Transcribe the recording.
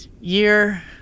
year